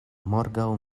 morgaŭ